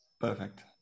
perfect